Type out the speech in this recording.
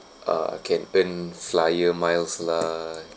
uh campaign flyer miles lah